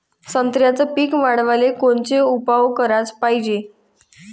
संत्र्याचं पीक वाढवाले कोनचे उपाव कराच पायजे?